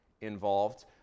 involved